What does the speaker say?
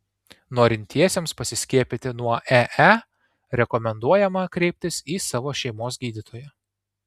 norintiesiems pasiskiepyti nuo ee rekomenduojama kreiptis į savo šeimos gydytoją